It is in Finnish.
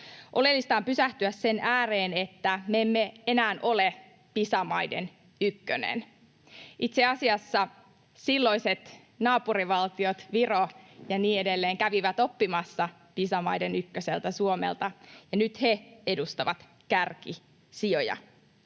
Oleellista on pysähtyä sen ääreen, että me emme enää ole Pisa-maiden ykkönen. Itse asiassa silloin naapurivaltiot Viro ja niin edelleen kävivät oppimassa Pisa-maiden ykköseltä Suomelta, ja nyt he edustavat kärkisijoja.